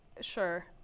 sure